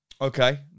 Okay